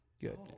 Good